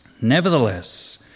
Nevertheless